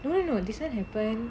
no no no this [one] happen